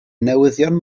newyddion